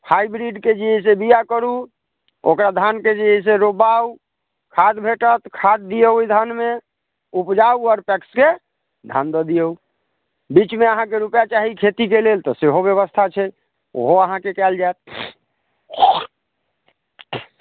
हाइब्रिडके जे है से बिआ करू ओकरा धानके जे है से रोपबाउ खाद भेटत खाद दियौ ओहि धानमे उपजाउ आ पैक्सके धान दऽ दियौ बीचमे आहाँके रुपआ चाही खेतीके लेल तऽ सेहो व्यवस्था छै ओहो आहाँके कएल जाएत